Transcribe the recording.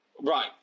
Right